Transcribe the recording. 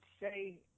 say